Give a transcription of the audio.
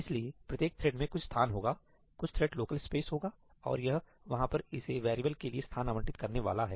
इसलिए प्रत्येक थ्रेड में कुछ स्थान होगा कुछ थ्रेड लोकल स्पेस होगा और यह वहाँ पर इस वेरिएबल के लिए स्थान आवंटित करने वाला है